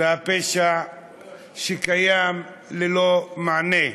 והפשע שקיים ללא מענה.